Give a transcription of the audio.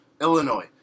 Illinois